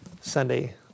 Sunday